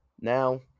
Now